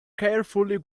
carefully